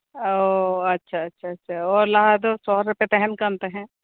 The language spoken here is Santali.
ᱚᱻ ᱟᱪᱪᱷᱟ ᱟᱪᱪᱷᱟ ᱟᱪᱪᱷᱟ ᱚ ᱞᱟᱦᱟ ᱫᱚ ᱥᱚᱦᱚᱨ ᱨᱮᱯᱮ ᱛᱟᱦᱮᱸᱱ ᱠᱟᱱ ᱛᱟᱦᱮᱸᱜ